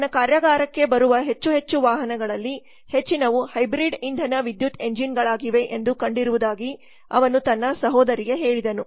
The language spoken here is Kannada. ತನ್ನ ಕಾರ್ಯಾಗಾರಕ್ಕೆ ಬರುವ ಹೆಚ್ಚು ಹೆಚ್ಚು ವಾಹನಗಳಲ್ಲಿ ಹೆಚ್ಚಿನವು ಹೈಬ್ರಿಡ್ ಇಂಧನ ವಿದ್ಯುತ್ ಎಂಜಿನ್ಗಳಾಗಿವೆ ಎಂದು ಕಂಡಿರಿವುದಾಗಿ ಅವನು ತನ್ನ ಸಹೋದರಿಗೆ ಹೇಳಿದನು